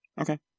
Okay